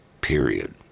period